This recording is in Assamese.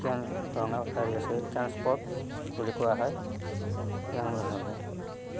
কিয়নো ৰঙা গাড়ী আছে ট্ৰেঞ্চপৰ্ট বুলি কোৱা হয় ইমানেই হৈ গ'ল